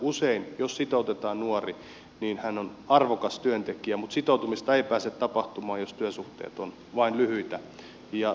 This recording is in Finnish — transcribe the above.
usein jos sitoutetaan nuori hän on arvokas työntekijä mutta sitoutumista ei pääse tapahtumaan jos työsuhteet ovat vain lyhyitä ja